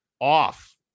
off